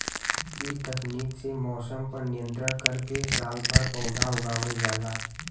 इ तकनीक से मौसम पर नियंत्रण करके सालभर पौधा उगावल जाला